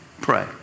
pray